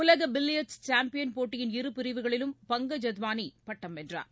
உலக billiards champion போட்டியின் இரு பிரிவுகளிலும் பங்கஜ் அத்வானி பட்டம் வென்றார்